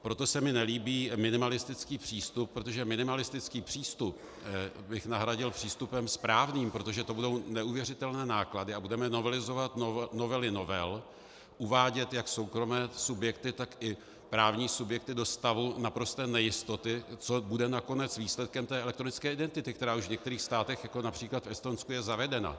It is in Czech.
Proto se mi nelíbí minimalistický přístup, protože minimalistický přístup bych nahradil přístupem správným, protože to budou neuvěřitelné náklady, a budeme novelizovat novely novel, uvádět jak soukromé subjekty, tak i právní subjekty do stavu naprosté nejistoty, což bude nakonec výsledkem té elektronické identity, která už v některých státech, jako například v Estonsku, je zavedena.